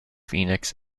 phoenix